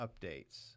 updates